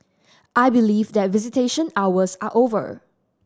I believe that visitation hours are over